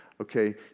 okay